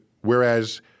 whereas